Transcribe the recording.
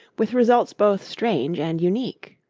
with results both strange and unique.